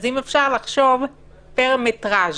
צריך לחשוב פר מטראז'.